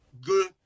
Good